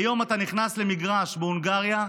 כיום אתה נכנס למגרש בהונגריה,